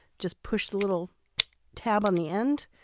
just push the little tab on the end.